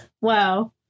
Wow